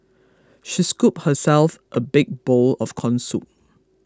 she scooped herself a big bowl of Corn Soup